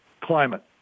climate